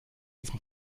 diesem